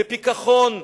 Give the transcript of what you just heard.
בפיכחון,